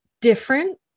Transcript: different